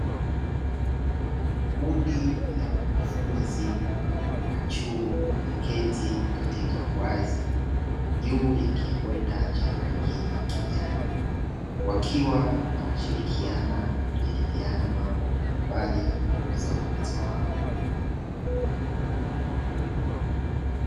Kundi la wanafunzi wa chuo wameketi katika uwazi juu ya kimbweta cha rangi ya kijani, wakiwa wanashirikiana na kujadiliana mambo mbalimbali kukuza uwezo wao.